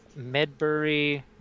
Medbury